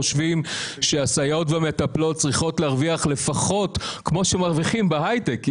חושבים שהסייעות והמטפלות צריכות להרוויח לפחות כמו שמרוויחים בהייטק.